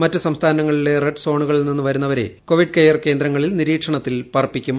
മറ്റു സംസ്ഥാനങ്ങളിലെ റെഡ് സോണുകളിൽ നിന്ന് വരുന്നവരെ കോവിഡ് കെയർ കേന്ദ്രങ്ങളിൽ നിരീക്ഷണത്തിൽ പാർപ്പിക്കും